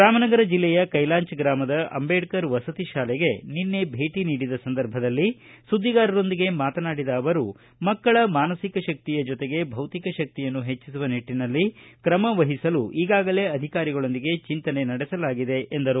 ರಾಮನಗರ ಜಿಲ್ಲೆಯ ಕೈಲಾಂಚ ಗ್ರಾಮದ ಅಂಬೇಡ್ಕರ್ ವಸತಿ ಶಾಲೆಗೆ ನಿನ್ನೆ ಭೇಟಿ ನೀಡಿದ ಸಂದರ್ಭದಲ್ಲಿ ಸುದ್ದಿಗಾರರೊಂದಿಗೆ ಮಾತನಡಿದ ಅವರು ಮಕ್ಕಳ ಮಾನಸಿಕ ಶಕ್ತಿಯ ಜೊತೆಗೆ ಬೌತಿಕ ಶಕ್ತಿಯನ್ನು ಹೆಚ್ಚಿಸುವ ನಿಟ್ಟಿನಲ್ಲಿ ಕ್ರಮವಹಿಸಲು ಈಗಾಗಲೇ ಅಧಿಕಾರಿಗಳೊಂದಿಗೆ ಚಿಂತನೆ ನಡೆಸಲಾಗಿದೆ ಎಂದರು